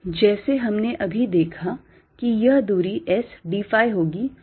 जैसे हमने अभी देखा है यह दूरी S d phi होगी और ऊँचाई d z है